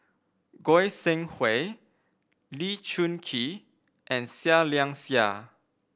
Goi Seng Hui Lee Choon Kee and Seah Liang Seah